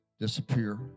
disappear